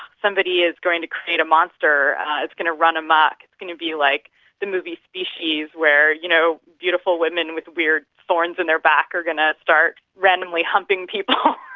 somebody is going to create a monster it's going to run amok, it's going to be like the movie species where, you know, beautiful women with weird thorns in their back are going to start randomly humping people.